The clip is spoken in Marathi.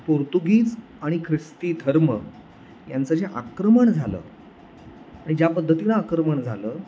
पोर्तुगीज आणि ख्रिस्ती धर्म यांचं जे आक्रमण झालं आणि ज्या पद्धतीनं आक्रमण झालं